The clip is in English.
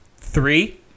three